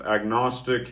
agnostic